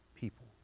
people